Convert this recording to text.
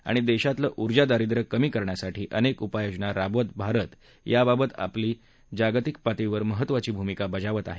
आणि देशातलं उर्जा दारिद्वय कमी करण्यासाठी अनेक उपाययोजना राबवत भारत याबाबत जागतिक पातळीवर महत्त्वाची भूमिका बजावत आहे